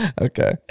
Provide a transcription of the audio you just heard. Okay